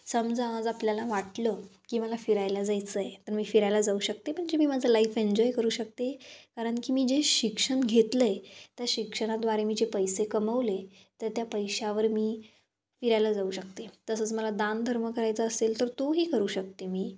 समजा आज आपल्याला वाटलं की मला फिरायला जायचं आहे तर मी फिरायला जाऊ शकते पण जे मी माझं लाईफ एन्जॉय करू शकते कारण की मी जे शिक्षण घेतलं आहे त्या शिक्षणाद्वारे मी जे पैसे कमवले तर त्या पैशावर मी फिरायला जाऊ शकते तसंच मला दान धर्म करायचा असेल तर तोही करू शकते मी